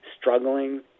struggling